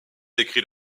décrit